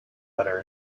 butter